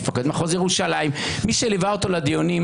מפקד מחוז ירושלים מי שליווה אותו לדיונים